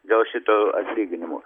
dėl šitų atlyginimų